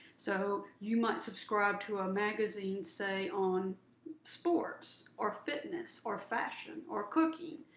so you might subscribe to a magazine say on sports, or fitness, or fashion, or cooking.